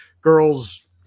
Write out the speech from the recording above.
girls